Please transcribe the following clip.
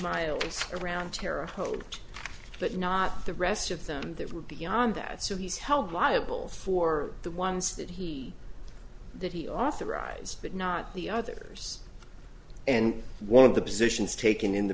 miles around terre haute but not the rest of them that were beyond that so he's held liable for the ones that he that he authorized but not the others and one of the positions taken in